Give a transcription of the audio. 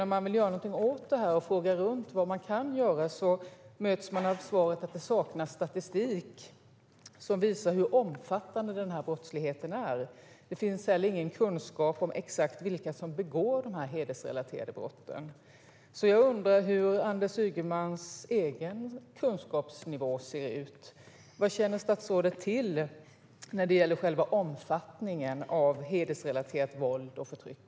När man vill göra någonting åt detta och frågar runt vad man kan göra möts man av svaret att det saknas statistik som visar hur omfattande den här brottsligheten är. Det finns heller ingen kunskap om exakt vilka som begår de hedersrelaterade brotten. Jag undrar hur Anders Ygemans egen kunskapsnivå ser ut. Vad känner statsrådet till när det gäller själva omfattningen av hedersrelaterat våld och förtryck?